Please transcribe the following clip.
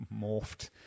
morphed